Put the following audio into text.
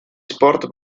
sport